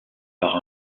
par